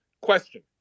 question